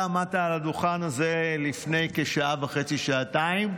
אתה עמדת על הדוכן הזה לפני כשעה וחצי, שעתיים,